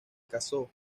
casó